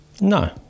No